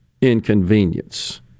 inconvenience